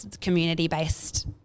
community-based